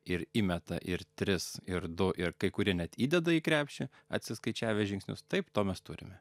ir įmeta ir tris ir du ir kai kurie net įdeda į krepšį atsiskaičiavę žingsnius taip to mes turime